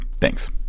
Thanks